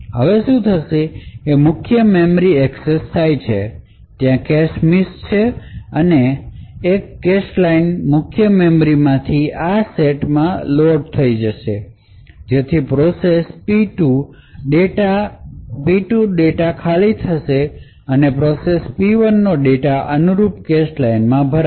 હવે શું થશે કે મુખ્ય મેમરી એક્સેસ થાય છે ત્યાં કેશ મિસ છે અને એક કેશ લાઇન મુખ્ય મેમરીમાંથી આ એ સેટમાં લોડ થઈ જશે જેથી પ્રોસેસ પી 2 ડેટા ખાલી થઈ જશે અને પ્રોસેસ પી 1 નો ડેટા અનુરૂપ કેશ લાઇનમાં ભરાશે